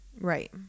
Right